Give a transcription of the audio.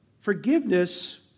Forgiveness